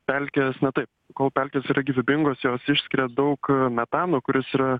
pelkės na tai kol pelkės yra gyvybingos jos išskiria daug metano kuris yra